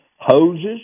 hoses